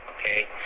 okay